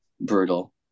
brutal